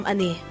Ani